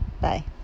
Bye